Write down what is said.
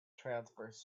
transverse